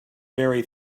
very